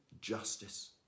justice